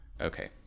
Okay